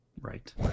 Right